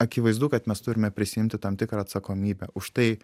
akivaizdu kad mes turime prisiimti tam tikrą atsakomybę už tai